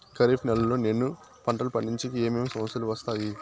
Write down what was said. ఖరీఫ్ నెలలో నేను పంటలు పండించేకి ఏమేమి సమస్యలు వస్తాయి?